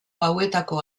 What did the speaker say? hauetako